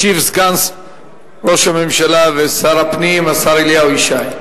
ישיב סגן ראש הממשלה ושר הפנים השר אליהו ישי.